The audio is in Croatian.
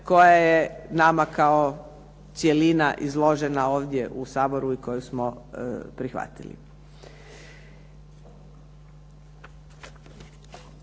koja je nama kao cjelina izložena ovdje u Saboru i koju smo prihvatili.